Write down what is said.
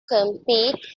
compete